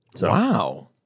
Wow